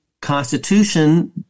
constitution